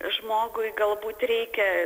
žmogui galbūt reikia